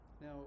Now